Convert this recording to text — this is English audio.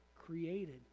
created